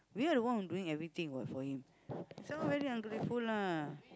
we are the one who doing everything what for him someone very ungrateful lah